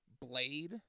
Blade